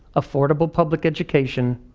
affordable public education,